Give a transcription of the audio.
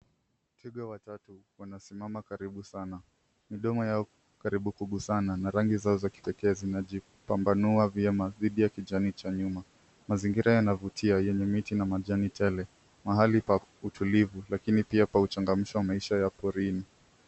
Twiga watatu wanasimama karibu sana. midomo yao karibu kuguzana na rangi zao za kipekee zinajipambanua vyema dhidi ya kijani cha nyuma. Mazingira yanavutia yenye miti na majani tele mahali pa utulivu lakini pia pa uchangamsho wa maisha ya porini.